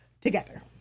together